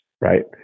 right